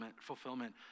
fulfillment